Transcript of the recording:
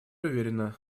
уверена